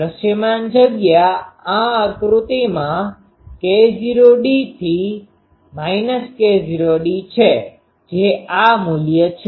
દૃશ્યમાન જગ્યા આ આકૃતિમાં k0dથી k0d છે જે આ મૂલ્ય છે